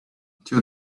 until